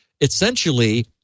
essentially